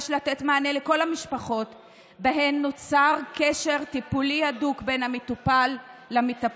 יש לתת מענה לכל המשפחות שבהן נוצר קשר טיפולי הדוק בין המטפל למטופל.